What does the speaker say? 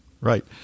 right